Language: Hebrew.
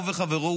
הוא וחברו,